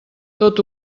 tot